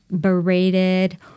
berated